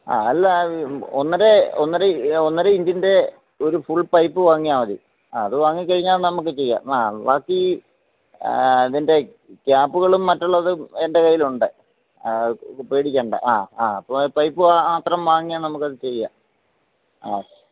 ആ അല്ല ഒന്നര ഒന്നര ഒന്നര ഇഞ്ചിൻ്റെ ഒരു ഫുൾ പൈപ്പ് വാങ്ങിയാൽ മതി ആ അത് വാങ്ങി കഴിഞ്ഞാൽ നമുക്ക് ചെയ്യാം ആ ബാക്കി അതിൻ്റെ ക്യാപുകളും മറ്റുള്ളതും എൻ്റെ കയ്യിലുണ്ട് പേടിക്കണ്ട ആ ആ പൈപ്പ് മാത്രം വാങ്ങിയാൽ നമുക്കത് ചെയ്യാം ആ